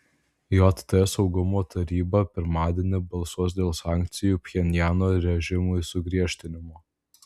jt saugumo taryba pirmadienį balsuos dėl sankcijų pchenjano režimui sugriežtinimo